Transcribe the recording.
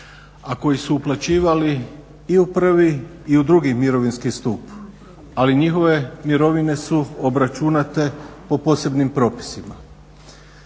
a koji su uplaćivali i u prvi i u drugi mirovinski stup, ali njihove mirovine su obračunate po posebnim propisima.